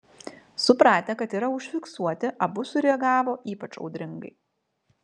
supratę kad yra užfiksuoti abu sureagavo ypač audringai